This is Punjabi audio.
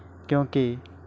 ਕਿਉਂਕਿ